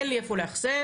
אין לי איפה לאחסן,